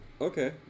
Okay